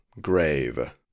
grave